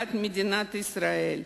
השמדת מדינת ישראל.